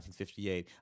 1958